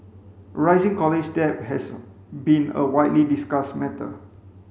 rising college debt has been a widely discussed matter